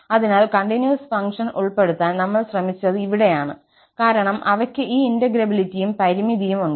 അതിനാൽ continuous function ഉൾപ്പെടുത്താൻ നമ്മൾ ശ്രമിച്ചത് ഇവിടെയാണ് കാരണം അവയ്ക്ക് ഈ ഇന്റെഗ്രേബിലിറ്റിയും പരിമിതിയും ഉണ്ട്